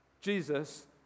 Jesus